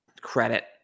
credit